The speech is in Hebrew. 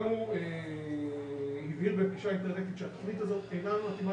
גם הוא הבהיר בפגישה אינטרנטית שהתכנית הזאת אינה מתאימה